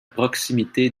proximité